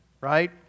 Right